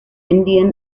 indian